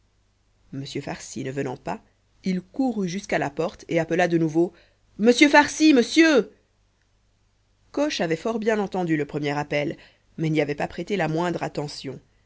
m farcy ne venant pas il courut jusqu'à la porte et appela de nouveau monsieur farcy monsieur coche avait fort bien entendu le premier appel mais n'y avait pas prêté la moindre attention